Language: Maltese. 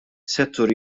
settur